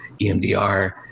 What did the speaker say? EMDR